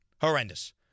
Horrendous